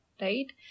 right